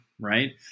right